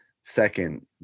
second